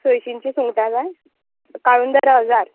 सयशींची सुंगटां जाय काळूंदरां हजार